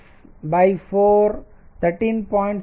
6 4 13